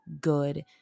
good